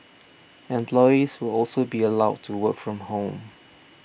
employees will also be allowed to work from home